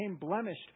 blemished